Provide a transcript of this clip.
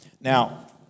Now